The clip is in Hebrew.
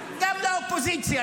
והריגתם ורציחתם גם של ישראלים,